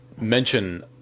mention